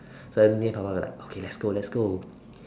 then me and Baba were like okay let's go let's go